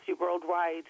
worldwide